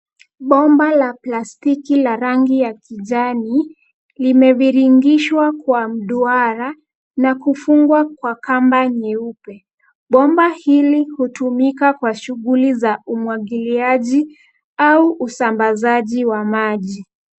Bomba la plastiki la rangi ya kijani limeviringishwa kwa duara na kufungwa kwa kamba nyeupe. Bomba hili hutumika kwa shughuli za umwagiliaji au usambazaji wa maji.